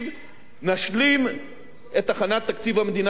נשלים את הכנת תקציב המדינה ל-2013.